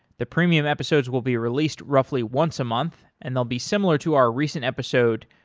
the premium episodes will be released roughly once a month and they'll be similar to our recent episode,